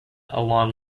along